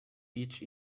each